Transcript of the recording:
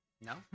No